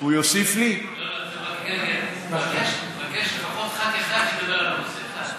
אני מחכה שלפחות חבר כנסת אחד ידבר על הנושא, אחד.